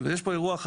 זה ברור.